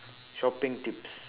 shopping tips